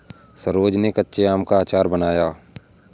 सरोज ने कच्चे आम का अचार बनाया